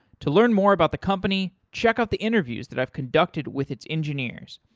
to learn more about the company, check out the interviews that i've conducted with its engineers.